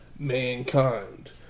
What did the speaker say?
Mankind